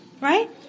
Right